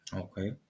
Okay